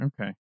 okay